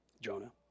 Jonah